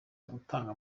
gutanga